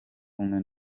kumwe